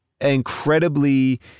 incredibly